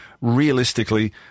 realistically